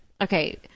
okay